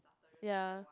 ya